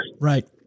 Right